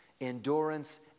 Endurance